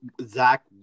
Zach